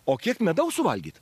o kiek medaus suvalgyt